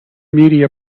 media